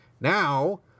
now